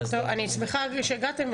אני שמחה שהגעתם.